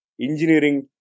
engineering